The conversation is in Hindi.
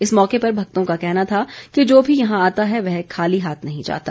इस मौके पर भक्तों का कहना था कि जो भी यहां आता है वह खाली हाथ नहीं जाता